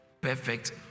Perfect